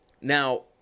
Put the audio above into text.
now